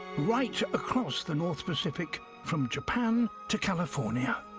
right across the north pacific from japan to california.